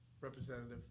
representative